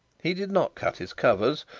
he did not cut his covers,